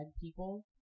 people